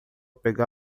pegá